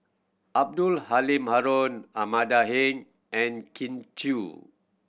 Abdul Halim Haron Amanda Heng and Kin Chui